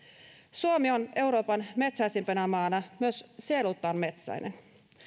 suomi on euroopan metsäisimpänä maana myös sielultaan metsäinen